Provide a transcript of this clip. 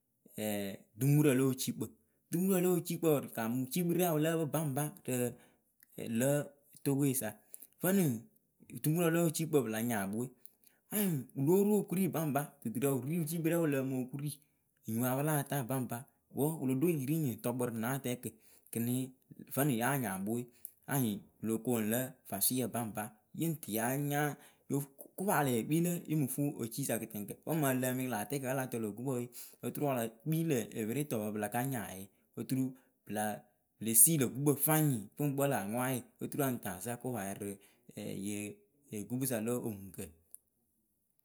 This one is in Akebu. dumurǝ le wɨciikpǝ. dumurǝ le wɨciikpǝ wɔɔ wɨ kaamɨ wɨciikpǝ rɛŋ ya wɨ lǝ pɨ baŋba rɨ lǝ̌ Togoesa vǝnɨŋ dumurǝ le wɨciikpǝ pɨla nyakpɨ we; anyɩŋ wɨ lóo ru okurui baŋba duturǝ wɨ ri wɨciikpɨ rɛŋ wɨ lǝǝmɨ okuri enyipǝ ya pɨ láa taa baŋba wǝ wɨlo ɖo nyiriŋnyi ŋ tɔ kpɨ rɨ nä atɛɛkǝ vǝnɨŋ ya nyaakpɨwe anyɩŋ wɨ lo koonu lǝ vasʊɩ baŋba yɨŋ tɨ ya nya lo okopaa lee kpii lǝ yɨŋ mɨ fuu otui sa kɨtɨŋkǝ wǝ mɨŋ ǝ lǝǝmɩyɩ rɨ lä attɛɛkǝ we wǝ a la tɔ lö gukpǝ we oturu ǝlǝ kpii lǝ eperetɔpǝ pɨla ka nya yɩ oturu pɨle si lö gukpǝ fanyiŋ pɨlǝ kpǝ láa ŋwaayǝ fayɩŋ oturu ǝ lɨŋ tɨ azaŋ kopaa rɨ yɩ gukpɨsa lo oŋuŋkǝ.